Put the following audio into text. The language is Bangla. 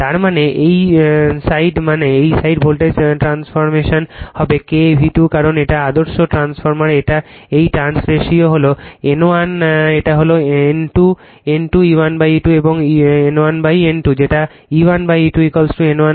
তার মানে এই সাইড মানে এই সাইড ভোল্টেজ ট্রান্সফর্মেশন হবে KV2 কারণ এটা আদর্শ ট্রান্সফার এই ট্রান্স রেশিও হল N1 এটা হল N2 E1E2 N1N2 যেটা E1E2 N1N2